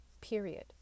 period